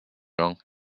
wrong